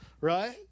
right